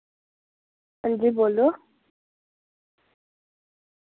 हांजी बोल्लो